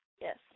Yes